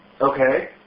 Okay